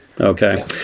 okay